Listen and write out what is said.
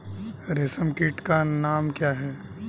रेशम कीट का नाम क्या है?